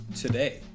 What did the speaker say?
today